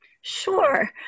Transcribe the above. Sure